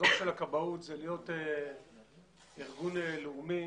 החזון של הכבאות הוא להיות ארגון לאומי,